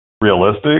realistic